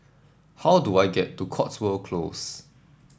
how do I get to Cotswold Close